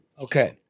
Okay